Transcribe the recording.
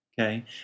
okay